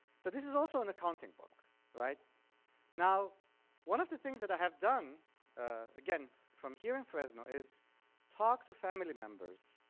so this is also an accounting book right now one of the things that i have done from here in fresno is talk to family members,